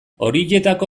horietako